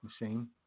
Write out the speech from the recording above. Machine